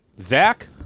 Zach